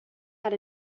had